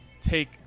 take